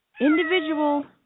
individual